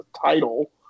title